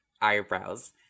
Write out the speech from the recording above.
eyebrows